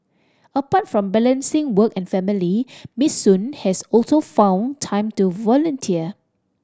apart from balancing work and family Miss Sun has also found time to volunteer